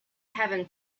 heaven